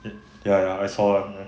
ya ya I saw